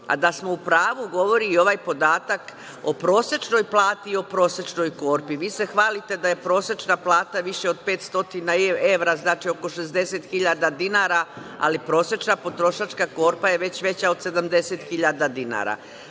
Da smo u pravu, govori i ovaj podatak o prosečnoj plati i o prosečnoj korpi. Vi se hvalite da je prosečna plata više od 500 evra, znači oko 60.000 dinara, ali prosečna potrošačka korpa je već veća od 70.000 dinara. Znate,